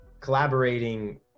collaborating